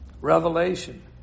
revelation